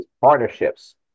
partnerships